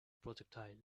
projectile